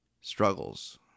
struggles